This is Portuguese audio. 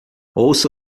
ouça